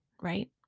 right